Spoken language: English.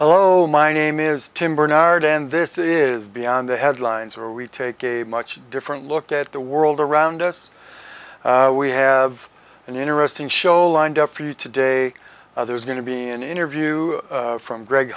hello my name is tim bernard and this is beyond the headlines or we take a much different look at the world around us we have an interesting show lined up for you today there's going to be an interview from greg